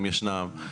אם ישנם,